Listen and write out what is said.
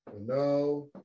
no